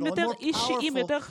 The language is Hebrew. אישיים יותר,